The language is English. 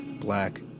black